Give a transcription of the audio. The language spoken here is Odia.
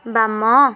ବାମ